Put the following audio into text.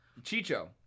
Chicho